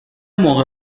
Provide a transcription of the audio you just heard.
موقع